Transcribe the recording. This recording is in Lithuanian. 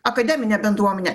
akademinė bendruomenė